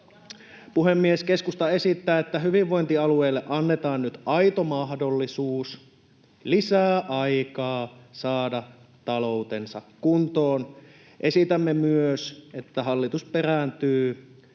Puhemies! Keskusta esittää, että hyvinvointialueille annetaan nyt aito mahdollisuus, lisää aikaa saada taloutensa kuntoon. Esitämme myös, että hallitus perääntyy